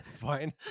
Fine